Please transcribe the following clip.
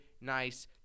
nice